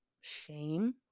shame